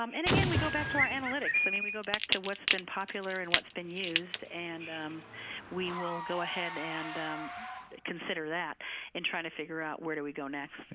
um and again, we go back to our analytics. i mean we go back to what's been popular and what's been used, and we will go ahead and consider that in trying to figuring out where do we go next. the